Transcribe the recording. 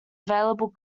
available